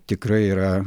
tikrai yra